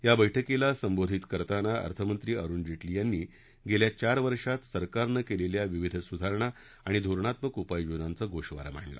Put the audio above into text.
या बैठकीला संबोधित करताना अर्थमंत्री अरुण जे क्री यांनी गेल्या चार वर्षात सरकारनं केलेल्या विविध सुधारणा आणि धोरणात्मक उपाय योजनांचा गोषवारा मांडला